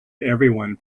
everyone